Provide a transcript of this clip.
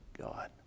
God